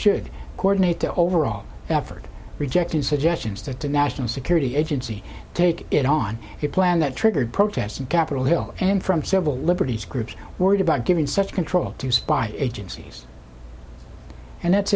should coordinate the overall effort rejected suggestions that the national security agency take it on a plan that triggered protests in capitol hill and from civil liberties groups worried about giving such control to spy agencies and that's